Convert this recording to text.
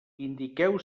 indiqueu